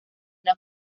una